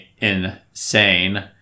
insane